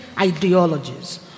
ideologies